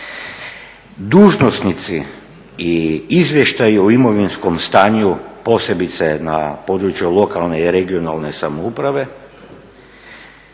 Dužnosnici i izvještaji o imovinskom stanju, posebice na području lokalne i regionalne samouprave,